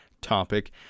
topic